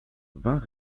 vingt